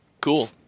cool